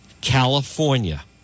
California